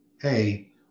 Hey